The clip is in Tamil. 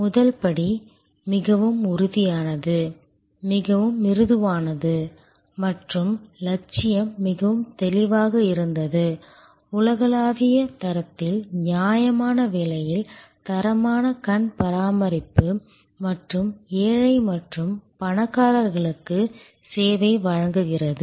முதல் படி மிகவும் உறுதியானது மிகவும் மிருதுவானது மற்றும் லட்சியம் மிகவும் தெளிவாக இருந்தது உலகளாவிய தரத்தில் நியாயமான விலையில் தரமான கண் பராமரிப்பு மற்றும் ஏழை மற்றும் பணக்காரர்களுக்கு சேவை வழங்குகிறது